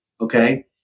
okay